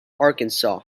arkansas